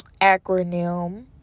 acronym